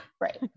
Right